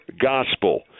gospel